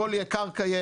הכול יש,